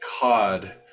cod